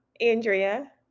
Andrea